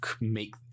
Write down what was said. make